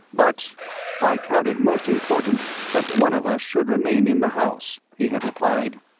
but i count it most important that one of us should remain in the house, he had replied.